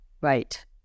right